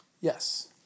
Yes